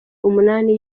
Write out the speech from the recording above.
umunani